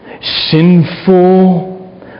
sinful